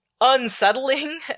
unsettling